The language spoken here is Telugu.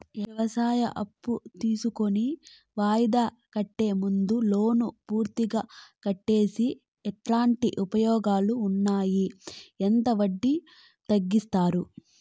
వ్యవసాయం అప్పు తీసుకొని వాయిదా కంటే ముందే లోను పూర్తిగా కట్టేస్తే ఎట్లాంటి ఉపయోగాలు ఉండాయి? ఎంత వడ్డీ తగ్గిస్తారు?